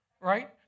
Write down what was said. right